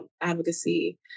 advocacy